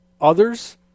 others